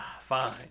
fine